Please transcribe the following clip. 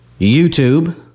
YouTube